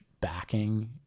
backing